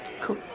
Cool